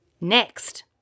Next